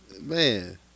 Man